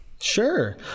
Sure